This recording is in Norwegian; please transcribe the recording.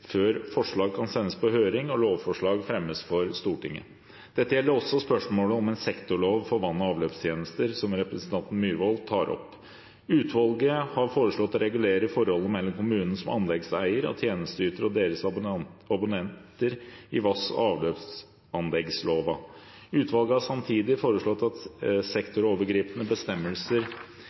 før forslaget kan sendes på høring og lovforslag fremmes for Stortinget. Dette gjelder også spørsmålet om en sektorlov for vann- og avløpstjenester, som representanten Myhrvold tar opp. Utvalget har foreslått å regulere forholdet mellom kommunen som anleggseier og tjenesteyter og deres abonnenter i vann- og avløpsanleggsloven. Utvalget har samtidig foreslått at sektorovergripende bestemmelser